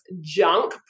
junk